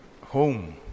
home